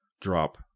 drop